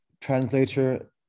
translator